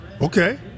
Okay